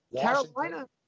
Carolina